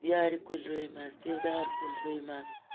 یارِ کُلۍ رُوۍمَس دِودار کُلۍ رُوۍمَس